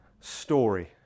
story